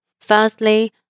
Firstly